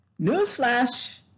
Newsflash